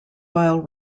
while